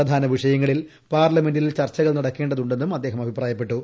പ്രധാന വിഷയങ്ങളിൽ പാർലമെന്റിൽ ചർച്ചകൾ നടക്കേണ്ടതു ണ്ടെന്നും അദ്ദേഹം അഭിപ്രായപ്പെട്ടു